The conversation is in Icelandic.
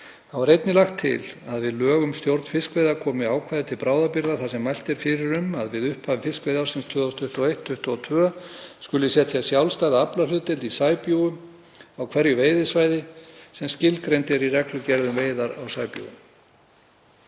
Þá er einnig lagt til að við lög um stjórn fiskveiða bætist ákvæði til bráðabirgða þar sem mælt er fyrir um að við upphaf fiskveiðiársins 2021/2022 skuli setja sjálfstæða aflahlutdeild í sæbjúgum á hverju veiðisvæði sem skilgreind eru í reglugerð um veiðar á sæbjúgum.